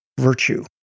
virtue